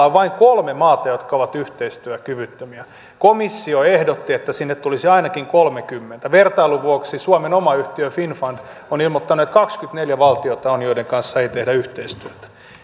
on vain kolme maata jotka ovat yhteistyökyvyttömiä komissio ehdotti että sinne tulisi ainakin kolmekymmentä vertailun vuoksi suomen oma yhtiö finnfund on ilmoittanut että on kaksikymmentäneljä valtiota joiden kanssa ei tehdä yhteistyötä